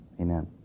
amen